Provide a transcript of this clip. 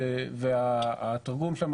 התרגום שם